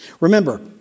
Remember